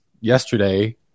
yesterday